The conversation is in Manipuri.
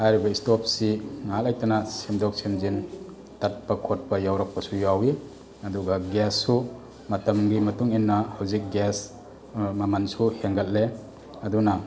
ꯍꯥꯏꯔꯤꯕ ꯏꯁꯇꯣꯞꯁꯤ ꯉꯥꯏꯍꯥꯛ ꯂꯩꯇꯅ ꯁꯦꯝꯗꯣꯛ ꯁꯦꯝꯖꯤꯟ ꯇꯠꯄ ꯈꯣꯠꯄ ꯌꯥꯎꯔꯛꯄꯁꯨ ꯌꯥꯎꯋꯤ ꯑꯗꯨꯒ ꯒ꯭ꯌꯥꯁꯁꯨ ꯃꯇꯝꯒꯤ ꯃꯇꯨꯡꯏꯟꯅ ꯍꯧꯖꯤꯛ ꯒ꯭ꯌꯥꯁ ꯃꯃꯟꯁꯨ ꯍꯦꯟꯒꯠꯂꯦ ꯑꯗꯨꯅ